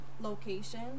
location